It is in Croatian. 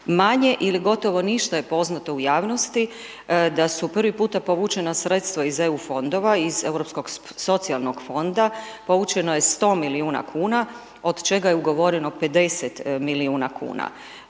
Manje ili gotovo ništa je poznato u javnosti, da su prvi puta povučena sredstva iz EU fondova, iz europskog socijalnog fonda, povučeno je 100 milijuna kuna, od čega je ugovoreno 50 milijuna kuna.